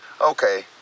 okay